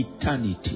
eternity